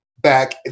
back